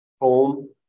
home